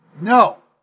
No